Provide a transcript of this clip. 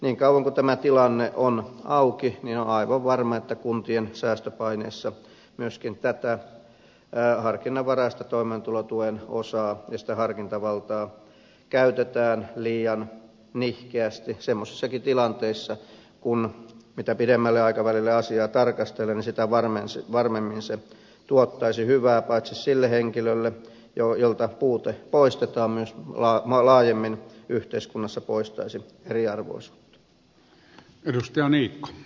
niin kauan kuin tämä tilanne on auki on aivan varma että kuntien säästöpaineissa myöskin tätä harkinnanvaraista toimeentulotuen osaa ja sitä harkintavaltaa käytetään liian nihkeästi semmoisissakin tilanteissa joissa mitä pidemmällä aikavälillä asiaa tarkastelee sitä varmemmin se tuottaisi hyvää sille henkilölle jolta puute poistetaan ja myös laajemmin yhteiskunnassa poistaisi eriarvoisuuden